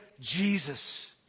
Jesus